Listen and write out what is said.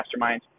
masterminds